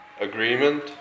agreement